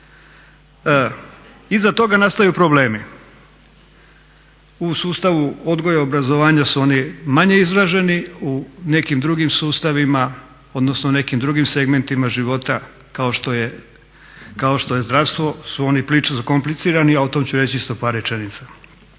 Iza toga nastaju problemi. U sustavu odgoja i obrazovanja su oni manje izraženi u nekim drugim sustavima odnosno u nekim drugim segmentima života kao što je zdravstvo su oni prilično komplicirani, a o tome ću reći isto par rečenica.